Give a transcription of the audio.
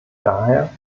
daher